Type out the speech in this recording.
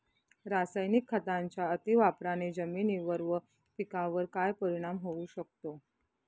रासायनिक खतांच्या अतिवापराने जमिनीवर व पिकावर काय परिणाम होऊ शकतो?